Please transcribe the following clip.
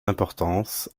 importance